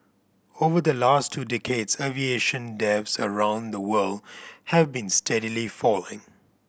over the last two decades aviation deaths around the world have been steadily falling